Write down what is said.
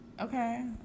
Okay